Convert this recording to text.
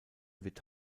wird